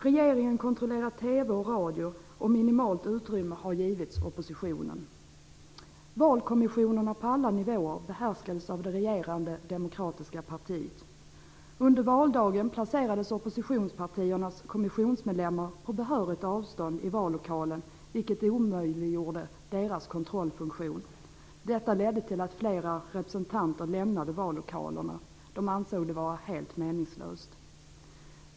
Regeringen kontrollerar TV och radio, och minimalt utrymme har givits oppositionen. Valkomissionerna på alla nivåer behärskades av det regerande demokratiska partiet. Under valdagen placerades oppositionspartiernas kommissionsmedlemmar på behörigt avstånd i vallokalen vilket omöjliggjorde deras kontrollfunktion. Detta ledde till att flera representanter lämnade vallokalerna. De ansåg det vara helt meningslöst.